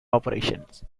operations